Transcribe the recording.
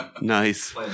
nice